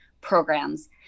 programs